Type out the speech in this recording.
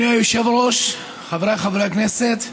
אדוני היושב-ראש, חבריי חברי הכנסת,